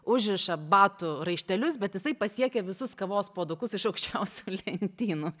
užriša batų raištelius bet jisai pasiekia visus kavos puodukus iš aukščiausių lentynų